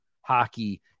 hockey